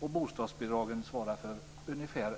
Bostadsbidragen svarar för ungefär